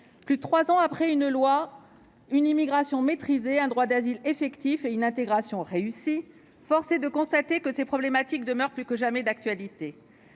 Plus de trois ans après la loi pour une immigration maîtrisée, un droit d'asile effectif et une intégration réussie, force est de constater que ces problématiques demeurent plus que jamais d'actualité.